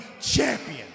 champion